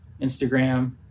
Instagram